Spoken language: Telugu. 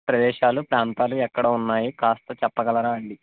ప్రదేశాలు ప్రాంతాలు ఎక్కడ ఉన్నాయి కాస్త చెప్పగలరా అండి